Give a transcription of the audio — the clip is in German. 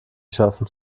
schaffen